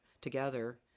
together